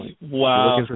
Wow